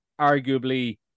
arguably